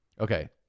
Okay